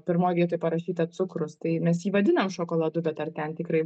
pirmoj vietoj parašyta cukrus tai mes jį vadinam šokoladu bet ar ten tikrai